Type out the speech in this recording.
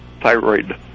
thyroid